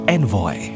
Envoy